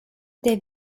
des